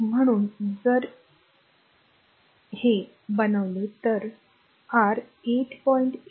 म्हणून जर ते बनवले तर r 8